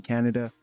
Canada